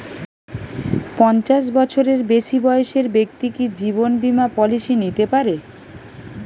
পঞ্চাশ বছরের বেশি বয়সের ব্যক্তি কি জীবন বীমা পলিসি নিতে পারে?